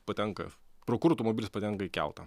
patenka pro kur automobilis patenka į keltą